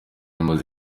imaze